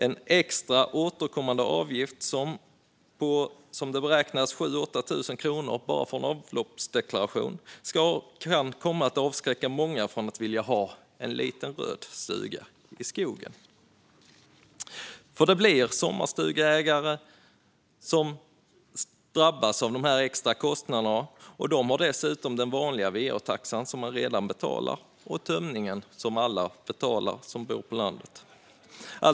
En återkommande extra avgift, enligt beräkningarna på 7 000-8 000 kronor, för en avloppsdeklaration kan komma att avskräcka många från att vilja ha en liten röd stuga i skogen. Det blir nämligen sommarstugeägare som drabbas av dessa extra kostnader, och de betalar dessutom redan den vanliga va-taxan samt den kostnad för tömning som alla som bor på landet betalar.